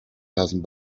thousand